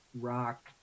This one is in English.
rock